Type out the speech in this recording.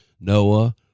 Noah